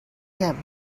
him